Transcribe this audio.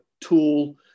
tool